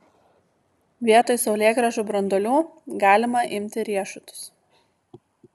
vietoj saulėgrąžų branduolių galima imti riešutus